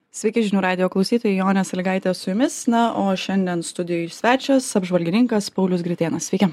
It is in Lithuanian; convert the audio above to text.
sveiki žinių radijo klausytojai jonė saligaitė su jumis na o šiandien studijoj svečias apžvalgininkas paulius gritėnas sveiki